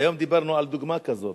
והיום דיברנו על דוגמה כזו,